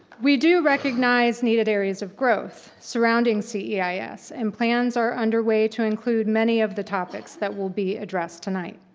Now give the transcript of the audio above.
we do recognize needed areas of growth surrounding ceis, yeah and plans are underway to include many of the topics that will be addressed tonight.